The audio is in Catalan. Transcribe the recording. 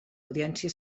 audiència